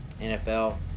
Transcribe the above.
NFL